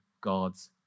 God's